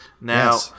now